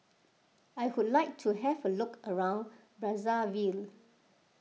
I would like to have a look around Brazzaville